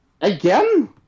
Again